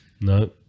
No